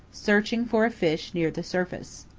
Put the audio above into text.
searching for a fish near the surface.